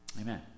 Amen